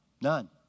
none